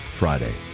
Friday